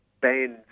bands